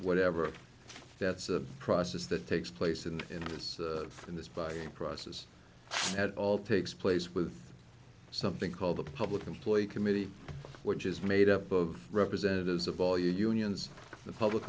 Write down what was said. whatever that's a process that takes place in the in this in this buying process at all takes place with something called the public employee committee which is made up of representatives of all unions the public